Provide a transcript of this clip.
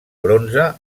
bronze